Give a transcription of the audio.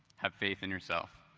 have faith in yourself.